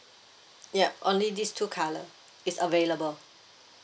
yup only these two colour is available